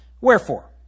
Wherefore